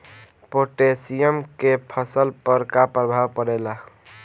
Potassium के फसल पर का प्रभाव पड़ेला?